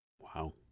Wow